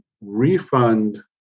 refund